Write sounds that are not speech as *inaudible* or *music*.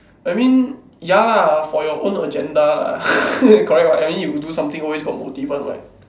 I mean ya lah for your own agenda lah *laughs* correct [what] I mean when you do something always got motive one [what]